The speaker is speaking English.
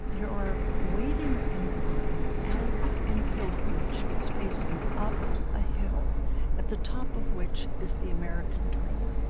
you're waiting in line as in a pilgrimage. it's facing up a hill at the top of which is the american dream.